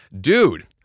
Dude